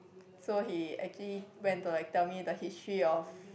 so he actually went to like tell me the history of